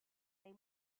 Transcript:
they